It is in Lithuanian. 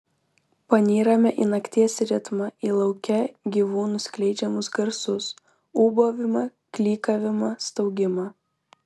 panyrame į nakties ritmą į lauke gyvūnų skleidžiamus garsus ūbavimą klykavimą staugimą